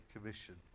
Commission